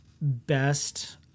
best